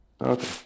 Okay